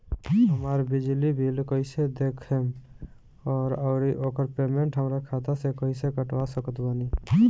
हमार बिजली बिल कईसे देखेमऔर आउर ओकर पेमेंट हमरा खाता से कईसे कटवा सकत बानी?